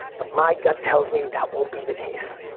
but my gut tells me that won't be the case.